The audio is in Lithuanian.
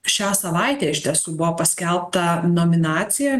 šią savaitę iš tiesų buvo paskelbta nominacija